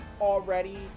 already